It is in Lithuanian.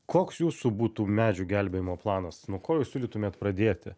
koks jūsų būtų medžių gelbėjimo planas nuo ko jūs siūlytumėt pradėti